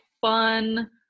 fun